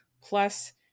Plus